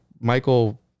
Michael